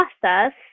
process